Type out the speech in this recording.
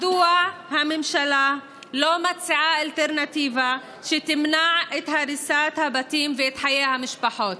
מדוע הממשלה לא מציעה אלטרנטיבה שתמנע את הריסת הבתים וחיי המשפחות?